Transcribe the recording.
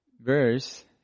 verse